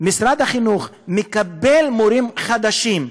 משרד החינוך מקבל מורים חדשים,